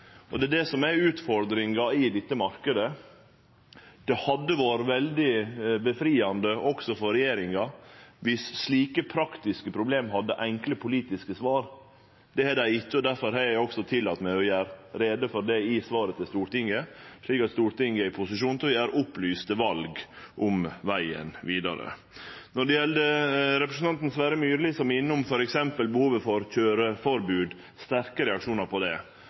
Det er det som er utfordringa i denne marknaden. Det hadde vore veldig greitt, også for regjeringa, viss slike praktiske problem hadde enkle politiske svar. Det har dei ikkje, difor har eg også tillate meg å gjere greie for det i svaret til Stortinget, slik at Stortinget er i posisjon til å gjere opplyste val om vegen vidare. Til representanten Sverre Myrli, som er innom f.eks. behovet for køyreforbod og har sterke reaksjonar på det: